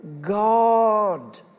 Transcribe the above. God